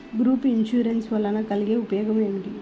Group insurance వలన కలిగే ఉపయోగమేమిటీ?